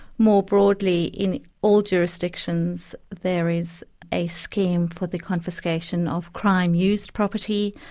more broadly, in all jurisdictions, there is a scheme for the confiscation of crime-used property,